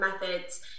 methods